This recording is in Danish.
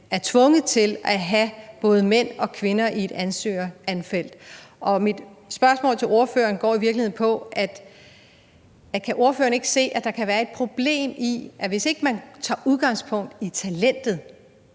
er tvunget til at have både mænd og kvinder i et ansøgerfelt. Mit spørgsmål til ordføreren går i virkeligheden på, om ordføreren ikke kan se, at der kan være et problem i, at hvis ikke man tager udgangspunkt i talentet,